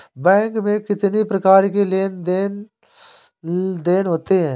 Bank में कितनी प्रकार के लेन देन देन होते हैं?